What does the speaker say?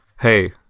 hey